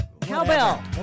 Cowbell